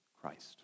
Christ